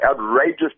outrageous